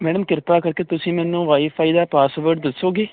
madam ਕਿਰਪਾ ਕਰਕੇ ਤੁਸੀਂ ਮੈਨੂੰ ਵਾਈਫਾਈ ਦਾ ਪਾਸਵਰਡ ਦੱਸੋਗੇ